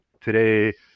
today